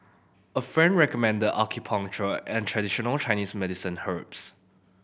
a friend recommended acupuncture and traditional Chinese medicine herbs